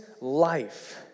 life